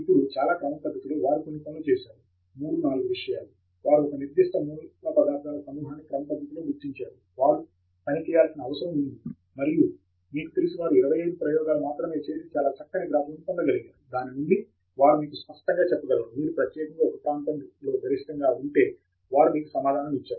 ఇప్పుడు చాలా క్రమపద్ధతిలో వారు కొన్ని పనులు చేశారు మూడు నాలుగు విషయాలు వారు ఒక నిర్దిష్ట పదార్థాల సమూహాన్ని క్రమపద్ధతిలో గుర్తించారు వారు పని చేయాల్సిన అవసరం ఉంది మరియు మీకు తెలిసి వారు 25 ప్రయోగాలు మాత్రమే చేసి చాలా చక్కని గ్రాఫ్లను పొందగలిగారు దాని నుండి వారు మీకు స్పష్టంగా చెప్పగలరు మీరు ప్రత్యేకంగా ఒక ప్రాంతం గరిష్టంగా ఉంటే వారు మీకు సమాధానం ఇచ్చారు